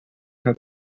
hat